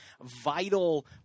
vital